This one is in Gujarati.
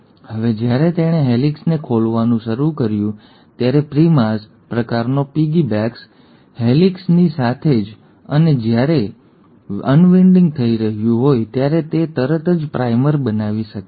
હવે જ્યારે તેણે હેલિકેસને ખોલવાનું શરૂ કર્યું ત્યારે પ્રિમાઝ પ્રકારનો પિગીબેક્સ હેલિકેસની સાથે જ અને જ્યારે અને જ્યારે અનવિન્ડિંગ થઈ રહ્યું હોય ત્યારે તે તરત જ પ્રાઇમર બનાવી શકે છે